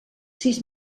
sis